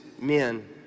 men